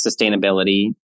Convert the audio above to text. sustainability